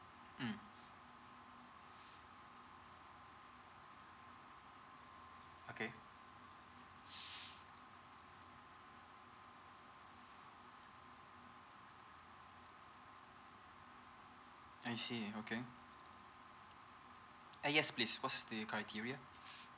mm okay I see okay eh yes please what's the criteria